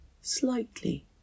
slightly